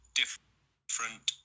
different